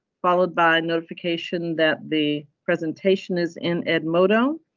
followed by a notification that the presentation is in edmodo,